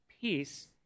peace